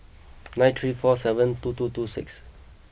nine three four seven two two two six